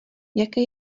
jaké